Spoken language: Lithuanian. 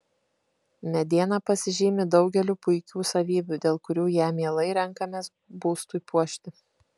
mediena pasižymi daugeliu puikių savybių dėl kurių ją mielai renkamės būstui puošti